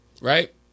right